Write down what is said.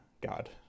god